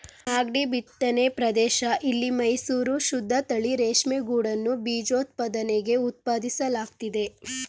ಮಾಗ್ಡಿ ಬಿತ್ತನೆ ಪ್ರದೇಶ ಇಲ್ಲಿ ಮೈಸೂರು ಶುದ್ದತಳಿ ರೇಷ್ಮೆಗೂಡನ್ನು ಬೀಜೋತ್ಪಾದನೆಗೆ ಉತ್ಪಾದಿಸಲಾಗ್ತಿದೆ